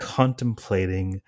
contemplating